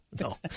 no